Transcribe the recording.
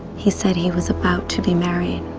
he said he was about to be married.